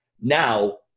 Now